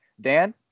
dan